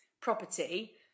property